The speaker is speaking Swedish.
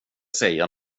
säga